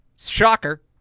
shocker